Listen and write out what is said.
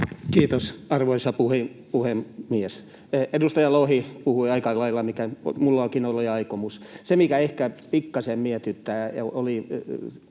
Kiitos, arvoisa puhemies! Edustaja Lohi puhui aika lailla siitä, mistä minullakin oli aikomus. Se, mikä ehkä pikkasen mietityttää, on